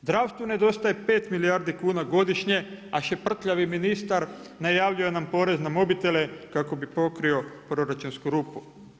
Zdravstvu nedostaje 5 milijardi kuna godišnje, a šeprtljavi ministar najavljuje nam porez na mobitele kako bi pokrio proračunsku rupu.